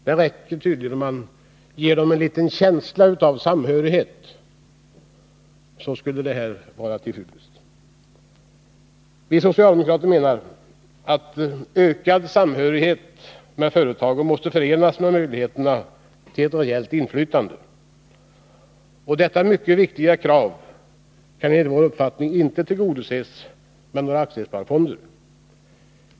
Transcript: Det räcker tydligen att bara inge dem en ”känsla” av samhörighet. Vi socialdemokrater menar att ökad samhörighet med företagen måste förenas med möjligheterna till ett reellt inflytande. Detta mycket viktiga krav kan enligt vår uppfattning inte tillgodoses med några aktiesparfonder.